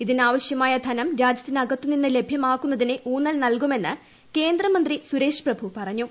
ഇതിനാവശ്യമായ ധനം രാജ്യത്തിനകത്തുനിന്ന് ലഭ്യമാക്കുന്നതിന് നൽകുമെന്ന് കേന്ദ്രമന്ത്രി സുരേഷ് പ്രഭു പറഞ്ഞു